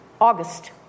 August